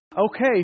Okay